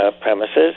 premises